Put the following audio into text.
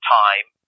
time